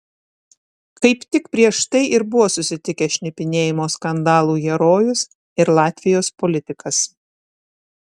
kaip tik prieš tai ir buvo susitikę šnipinėjimo skandalų herojus ir latvijos politikas